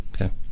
okay